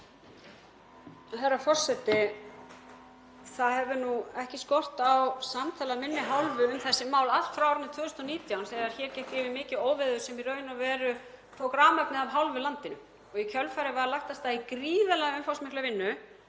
Herra forseti. Það hefur ekki skort á samtali af minni hálfu um þessi mál allt frá árinu 2019 þegar hér gekk yfir mikið óveður sem í raun og veru tók rafmagnið af hálfu landinu. Í kjölfarið var lagt af stað í gríðarlega umfangsmikla vinnu